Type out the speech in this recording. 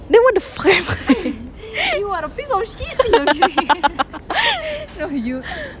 then what the fuck am I